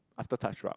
after touch rug